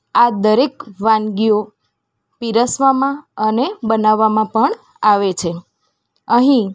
આ દરેક વાનગીઓ પીરસવામાં અને બનાવવામાં પણ આવે છે અહીં